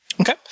Okay